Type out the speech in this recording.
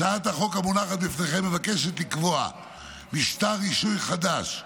הצעת החוק המונחת בפניכם מבקשת לקבוע משטר רישוי חדש,